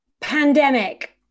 pandemic